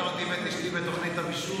ראית אותי ואת אשתי בתוכנית הבישול?